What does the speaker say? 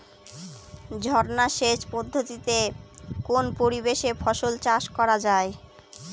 ঝর্না সেচ পদ্ধতিতে কোন পরিবেশে ফসল চাষ করা যায়?